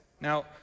Now